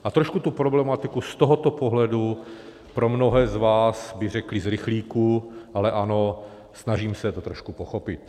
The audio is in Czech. A trošku tu problematiku z tohoto pohledu, mnozí z vás by řekli z rychlíku, ale ano, snažím se to trošku pochopit.